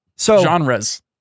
Genres